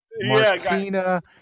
Martina